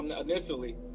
initially